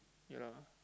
ya lah